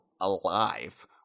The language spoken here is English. alive